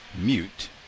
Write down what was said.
mute